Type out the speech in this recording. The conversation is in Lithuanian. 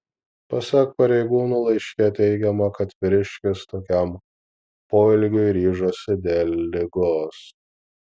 pasak pareigūnų laiške teigiama kad vyriškis tokiam poelgiui ryžosi dėl ligos